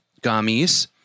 gummies